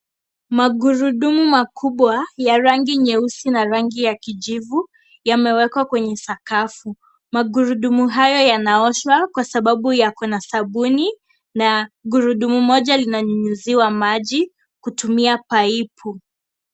Magurudumu makubwa ya rangi nyeusi na rangi ya kijivu yamewekwa kwenye sakafu. Magurudumu haya yanaoshwa kwa sababu yako na sabuni na gurudumu moja linanyunyiziwa maji kutumia paipu .